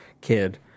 kid